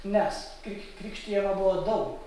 nes kri krikštijama buvo daug